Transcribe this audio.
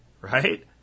right